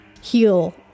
heal